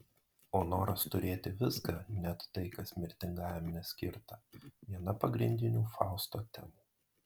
o noras turėti viską net tai kas mirtingajam neskirta viena pagrindinių fausto temų